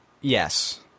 Yes